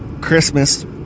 christmas